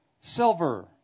silver